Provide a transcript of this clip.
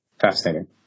Fascinating